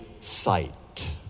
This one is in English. sight